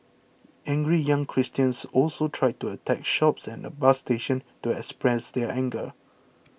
angry young Christians also tried to attack shops and a bus station to express their anger